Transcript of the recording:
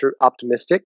optimistic